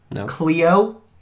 Cleo